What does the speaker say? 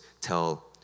tell